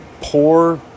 poor